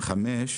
את 5